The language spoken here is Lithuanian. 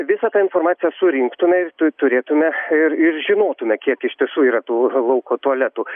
visą ta informaciją surinktume ir tu turėtume ir ir žinotume kiek iš tiesų yra tų lauko tualetų